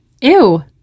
Ew